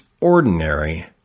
ordinary